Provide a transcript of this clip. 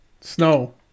snow